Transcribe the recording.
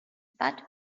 that